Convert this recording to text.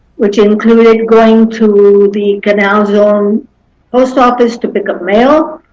which included going to the canal zone post office to pick up mail,